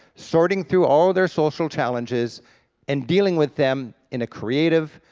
sorting through all their social challenges and dealing with them in a creative,